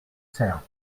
cère